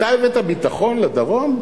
אתה הבאת ביטחון לדרום?